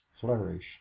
flourish